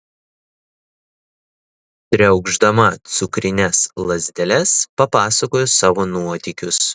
triaukšdama cukrines lazdeles papasakojo savo nuotykius